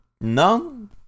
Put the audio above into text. no